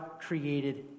created